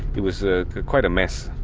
it was ah quite a mess.